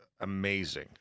amazing